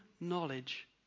knowledge